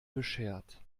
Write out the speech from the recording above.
beschert